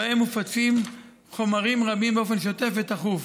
ובהם מופצים חומרים רבים באופן שוטף ותכוף.